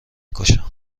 کشم